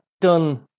done